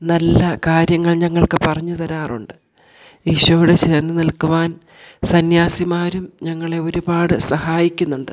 നല്ല കാര്യങ്ങൾ ഞങ്ങൾക്ക് പറഞ്ഞ് തരാറുണ്ട് ഈശോയോട് ചേർന്നു നിൽക്കുവാൻ സന്യാസിമാരും ഞങ്ങളെ ഒരുപാട് സഹായിക്കുന്നുണ്ട്